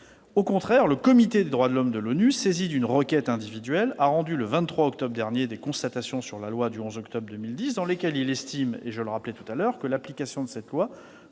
Au contraire, le Comité des droits de l'homme de l'ONU, saisi d'une requête individuelle, a rendu le 22 octobre dernier des constatations sur la loi du 11 octobre 2010, dans lesquelles il estime que l'application de cette loi